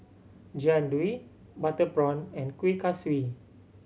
Jian Dui butter prawn and Kuih Kaswi